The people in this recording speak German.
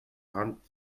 hand